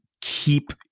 keep